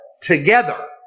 together